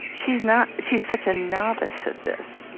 she's not. she's such a novice at this.